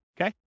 Okay